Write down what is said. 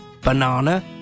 Banana